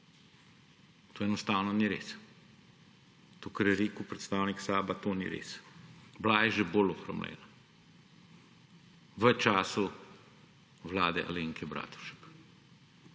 To enostavno ni res! To, kar je rekel predstavnik SAB, to ni res. Bila je že bolj ohromljena – v času vlade Alenke Bratušek.